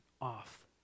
off